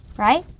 right?